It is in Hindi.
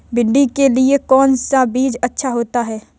भिंडी के लिए कौन सा बीज अच्छा होता है?